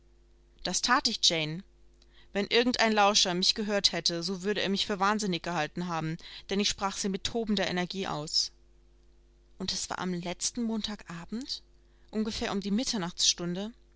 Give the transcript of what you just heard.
das that ich jane wenn irgend ein lauscher mich gehört hätte so würde er mich für wahnsinnig gehalten haben denn ich sprach sie mit tobender energie aus und es war am letzten montag abend ungefähr um die